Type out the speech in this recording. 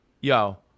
Yo